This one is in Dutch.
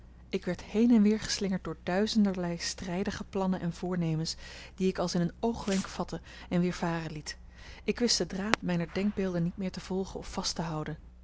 ik werd heen en weer geslingerd door duizenderlei strijdige plannen en voornemens die ik als in een oogwenk vatte en weer varen liet ik wist den draad mijner denkbeelden niet meer te volgen of vast te houden